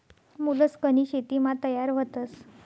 मोलस्कनी शेतीमा तयार व्हतस